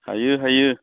हायो हायो